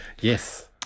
Yes